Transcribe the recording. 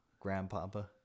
grandpapa